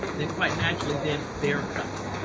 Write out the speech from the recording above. then quite naturally, then there are cuts.